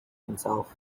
himself